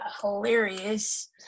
hilarious